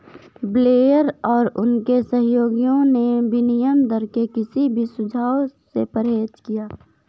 Blair और उनके सहयोगियों ने विनिमय दर के किसी भी सुझाव से परहेज किया